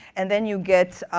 and then you get